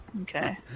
Okay